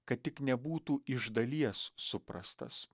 kad tik nebūtų iš dalies suprastas